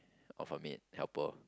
of a maid helper